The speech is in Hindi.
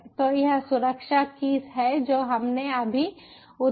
तो यह सुरक्षा कीस है जो हमने अभी उत्पन्न की है